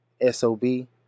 S-O-B